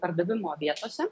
pardavimo vietose